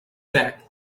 back